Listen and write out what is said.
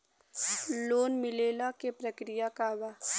Loan मिलेला के प्रक्रिया का बा?